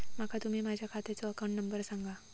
माका तुम्ही माझ्या खात्याचो अकाउंट नंबर सांगा?